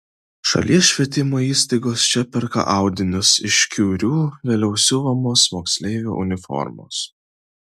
šalies švietimo įstaigos čia perka audinius iš kiurių vėliau siuvamos moksleivių uniformos